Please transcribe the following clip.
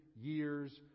years